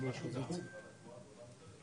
הדוגמה הגרועה ביותר שאני שמקווה שלא יחזרו עליה אף